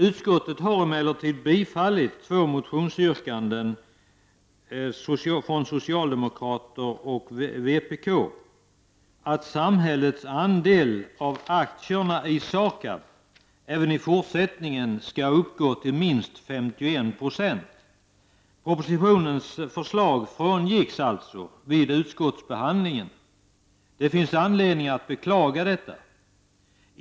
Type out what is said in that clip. Utskottet har emellertid tillstyrkt två motionsyrkanden från socialdemokrater och vpk, att samhällets andel av aktierna i SAKAB även i fortsättningen skall uppgå till minst 51 70. Propositionens förslag frångicks alltså vid utskottsbehandlingen. Det finns anledning att beklaga detta.